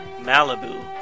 Malibu